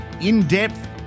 in-depth